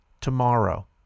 Tomorrow